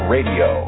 Radio